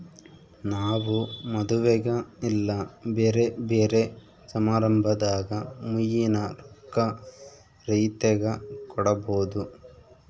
ನಾವು ಮದುವೆಗ ಇಲ್ಲ ಬ್ಯೆರೆ ಬ್ಯೆರೆ ಸಮಾರಂಭದಾಗ ಮುಯ್ಯಿನ ರೊಕ್ಕ ರೀತೆಗ ಕೊಡಬೊದು